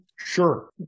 Sure